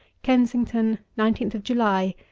kensington, nineteenth july,